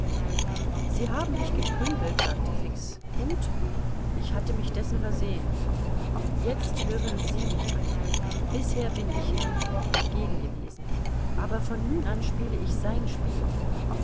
sie haben mich geprügelt sagte fix gut ich hatte mich dessen versehen jetzt hören sie mich an bisher bin ich herrn fogg entgegen gewesen aber von nun an spiele ich sein spiel